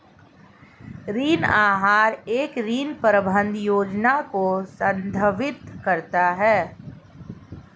ऋण आहार एक ऋण प्रबंधन योजना को संदर्भित करता है